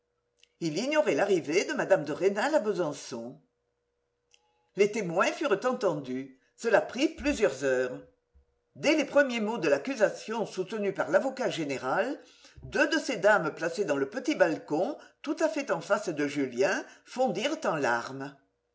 il ignorait l'arrivée de mme de rênal à besançon les témoins furent entendus cela prit plusieurs heures dès les premiers mots de l'accusation soutenue par l'avocat général deux de ces dames placées dans le petit balcon tout à fait en face de julien fondirent en larmes